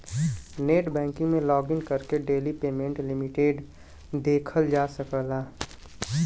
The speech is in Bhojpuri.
नेटबैंकिंग लॉगिन करके डेली पेमेंट लिमिट देखल जा सकला